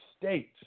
state